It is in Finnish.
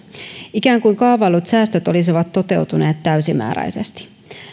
ikään kuin kaavaillut säästöt olisivat toteutuneet täysimääräisesti